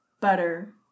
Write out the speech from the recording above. butter